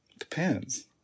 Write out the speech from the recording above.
depends